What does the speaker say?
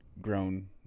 grown